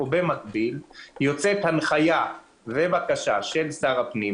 יוצאת הנחיה של שר הפנים,